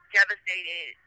devastated